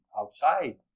outside